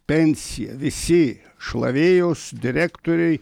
pensiją visi šlavėjos direktoriai